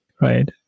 right